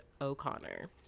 O'Connor